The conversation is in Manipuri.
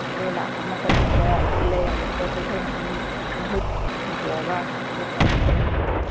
ꯑꯗꯨ ꯂꯥꯛꯄ ꯃꯇꯝꯗꯨꯗ ꯂꯩꯔꯝꯕ ꯄꯣꯠꯇꯣ ꯑꯩꯈꯣꯏꯅ ꯑꯗꯨꯝ ꯃꯍꯨꯠ ꯁꯤꯟꯗꯣꯛꯑꯒ ꯑꯇꯣꯞꯄ ꯑꯃꯨꯛ ꯄꯤꯔꯝꯗꯣꯏꯕ